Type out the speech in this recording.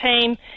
team